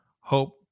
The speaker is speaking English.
hope